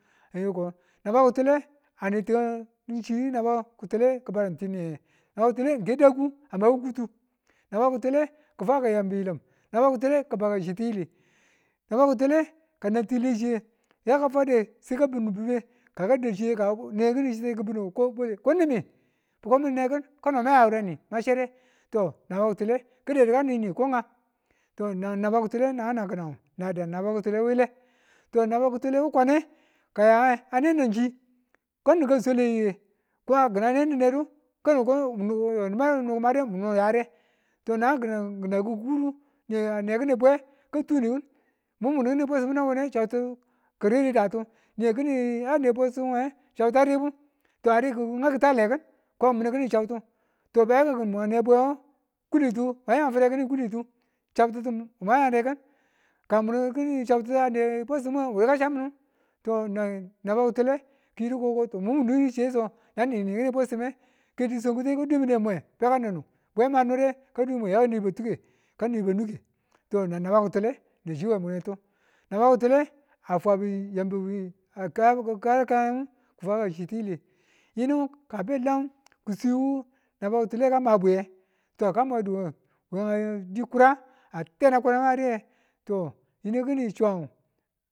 Ng yiko naba ki̱tule a ne tikanchi̱ naba ki̱tule ng ke daku naba ki̱tule ki̱fwa ka bi̱yilim, naba ki̱tule ki̱ba ka chi ti̱yili, naba ki̱tule kanan ti̱tiilechi chi yeka fwade sai ka bi̱nubine ka kadu chiye kane kini chiye kabindu bi̱nu ko bwele ko nwemiye mi̱n newekin kono ma ya wureni ma chade? naba kịtule ka dadu ka ni ni̱wu ko nga to nan naba kịtule kan ngu nan kinanngu nan da naba kịtule wile naba kịtule wukwane ka yane a nenin chi kanin ka swale yiye kina ne ninedu ko yo nibu no ki̱made mun ya fire to nan ki̱na ki kudu niya newe ki̱ni bwe katundikin mun muni kini bwesimmu nabwene chabtitu ka ridu datu ni ane bwesim we chabtitu a ribu ani kin ki ngau kịtale ki̱n ko mini ki̱ni chabtu to munane bwe we kulitu mwan yan fire kịni kulitu mwan yan fire kamu kini chabtite a ne bwesimuwe wure ka cham minu? nan naba kitule kiyidu ko to mun munwe chiye so nani ni ki̱ni bwesime ke di̱ swankuteng mwe beka nunu bwe ma nure ka dwe mwe yaka ni batuke ka ni bunuge to nang naba ki̱tule nanchi we murchi we muretu. Naba ki̱tule a fwabu yamu a kayakayanmu ki fwaka chitili yinu ka be lam kiswinwu naba ki̱tule ka mabwiye to ka mwadu a di kura ka ratakwarang a riye to yinu ki̱ni chuwang ngu